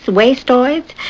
waste-oids